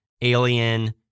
Alien